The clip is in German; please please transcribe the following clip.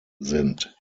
sind